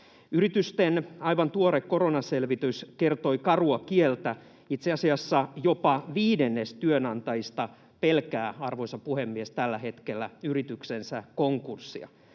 Yritysten aivan tuore koronaselvitys kertoi karua kieltä: Itse asiassa jopa viidennes työnantajista pelkää, arvoisa puhemies, tällä hetkellä yrityksensä konkurssia.